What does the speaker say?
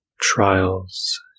trials